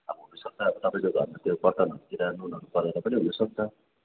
अब हुनसक्छ तपाईँको घरमा त्यो बर्तनहरूतिर नुनहरू परेर पनि हुनसक्छ